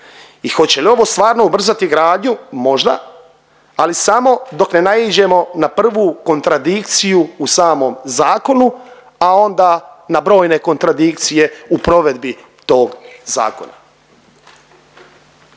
I hoće li ovo stvarno ubrzati gradnju? Možda. Ali samo dok ne naiđemo na prvi kontradikciju u samom zakonu, a onda na brojne kontradikcije u provedbi tog zakona.